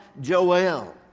Joel